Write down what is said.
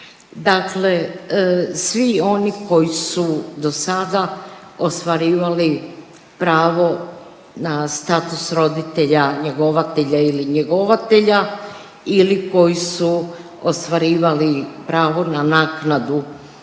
Dakle, svi oni koji su do sada ostvarivali pravo na status roditelja njegovatelja ili njegovatelja ili koji su ostvarivali pravo na naknadu